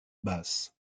basse